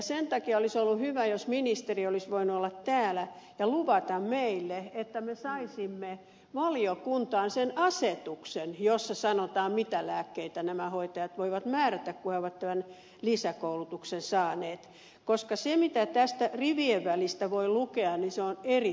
sen takia olisi ollut hyvä jos ministeri olisi voinut olla täällä ja luvata meille että me saisimme valiokuntaan sen asetuksen jossa sanotaan mitä lääkkeitä nämä hoitajat voivat määrätä kun he ovat tämän lisäkoulutuksen saaneet koska se mitä tästä rivien välistä voi lukea on erittäin vähän